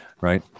right